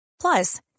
plus